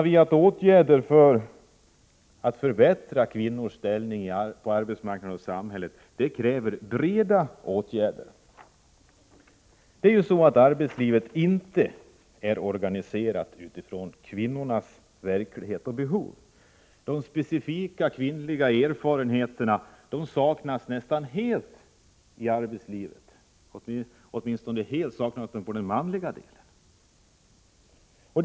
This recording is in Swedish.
Om man skall kunna förbättra kvinnors ställning på arbetsmarknaden och i samhället krävs det enligt vår uppfattning breda lösningar. Arbetslivet är inte organiserat utifrån kvinnors verklighet och behov. De specifika kvinnliga erfarenheterna saknas nästan helt, åtminstone inom de mansdominerade områdena av arbetslivet.